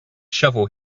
shovel